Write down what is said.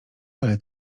ale